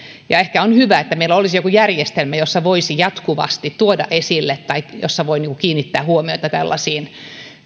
ja ehkä olisi hyvä että meillä olisi joku järjestelmä jossa voisi jatkuvasti tuoda esille tai jossa voi kiinnittää huomiota tällaisiin